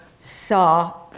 saw